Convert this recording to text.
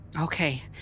okay